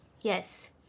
Yes